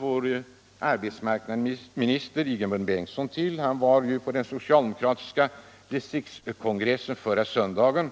Vår arbetsmarknadsminister Ingemund Bengtsson deltog vid den socialdemokratiska distriktskongressen i Västernorrland förra söndagen,